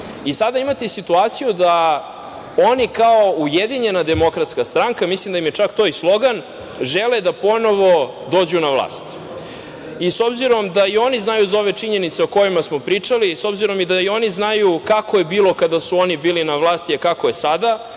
imate situaciju da oni kao ujedinjena demokratska stranka, mislim da im je čak to i slogan, žele ponovo da dođu na vlast. Obzirom da i oni znaju za ove činjenice o kojima smo pričali, obzirom da i oni znaju kako je bilo kada su oni bili na vlasti, a kao je sada,